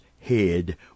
head